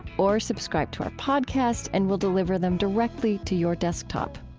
or subscribe to our podcast, and we'll deliver them directly to your desktop.